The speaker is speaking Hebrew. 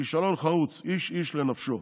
כישלון חרץ, איש איש לנפשו.